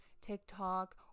TikTok